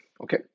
okay